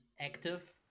active